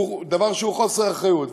הוא חוסר אחריות.